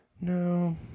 No